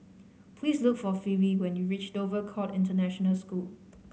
please look for Phebe when you reach Dover Court International School